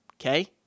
okay